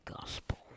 Gospel